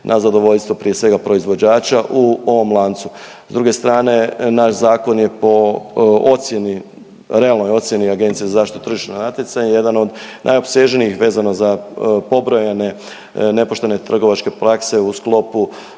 na zadovoljstvo prije svega proizvođača u ovom lancu. S druge strane naš zakon je po ocjeni, realnoj ocjeni Agencije za zaštitu tržišnog natjecanja jedan od najopsežnijih vezano za pobrojane nepoštene trgovačke prakse u sklopu